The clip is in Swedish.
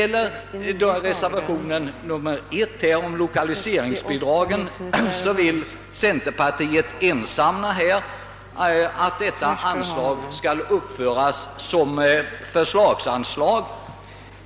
I reservation nr 3 om lokaliseringsbidrag vill centerpartiet ensamt att detta anslag skall uppföras som förslagsanslag.